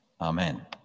Amen